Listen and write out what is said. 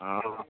हँ हँ